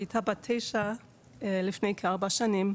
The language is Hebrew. כשהיא הייתה בת תשע לפני כארבע שנים,